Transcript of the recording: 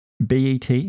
BET